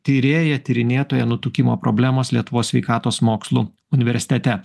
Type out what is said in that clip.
tyrėja tyrinėtoja nutukimo problemos lietuvos sveikatos mokslų universitete